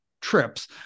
trips